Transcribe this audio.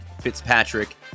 fitzpatrick